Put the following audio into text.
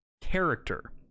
character